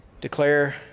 declare